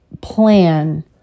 plan